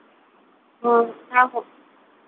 ᱦᱚᱸ ᱚᱱᱟ ᱦᱚᱸ